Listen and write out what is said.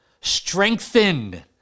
strengthen